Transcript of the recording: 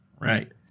Right